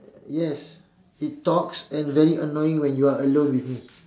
yes it talks and very annoying when you are alone with me